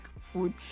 food